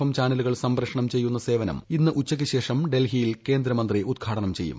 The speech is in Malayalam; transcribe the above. എം ചാനലുകൾ പ്രക്ഷേപണം ചെയ്യുന്നു് സേവനം ഇന്ന് ഉച്ചയ്ക്ക് ശേഷം ഡൽഹിയിൽ കേന്ദ്രമന്ത്രി ഉദ്ഘാടനം ചെയ്യും